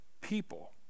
people